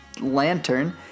Lantern